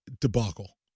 debacle